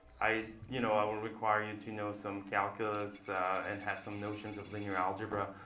i you know i will require you to know some calculus and have some notions of linear algebra,